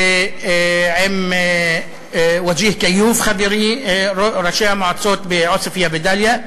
ועם וג'יה כיוף חברי, ראשי המועצות בעוספיא ודליה,